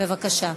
בבקשה.